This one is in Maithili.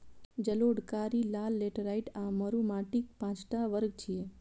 जलोढ़, कारी, लाल, लेटेराइट आ मरु माटिक पांच टा वर्ग छियै